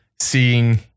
seeing